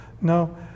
No